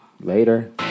later